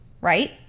right